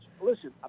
Listen